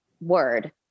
word